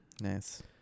Nice